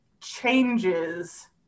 changes